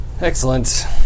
Excellent